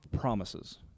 promises